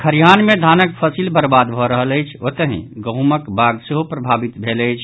खरिहान मे धानक फसिल बर्बाद भऽ रहल अछि ओतहि गहुंमक बाग सेहो प्रभावित भेल अछि